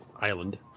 Island